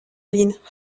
ligne